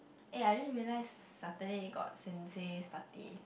eh I just realized Saturday got Sensei's party